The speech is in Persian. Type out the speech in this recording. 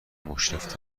مشرف